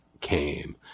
came